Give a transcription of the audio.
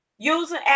Using